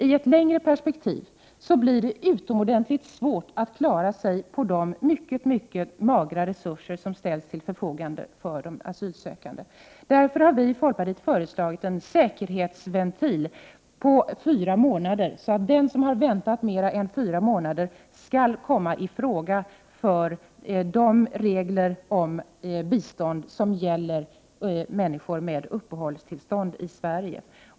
I ett längre perspektiv blir det utomordentligt svårt att klara sig på de mycket magra resurser som ställs till förfogande för de asylsökande. Vii folkpartiet har därför föreslagit en säkerhetsventil på fyra månader, så att den som har väntat mer än fyra månader skall komma i fråga för de regler om bistånd som gäller människor med uppehållstillstånd i Sverige.